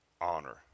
honor